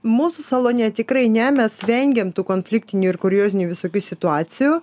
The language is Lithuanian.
mūsų salone tikrai ne mes vengiam tų konfliktinių ir kuriozinių visokių situacijų